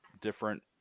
different